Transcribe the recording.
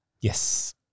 Yes